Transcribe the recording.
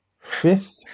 fifth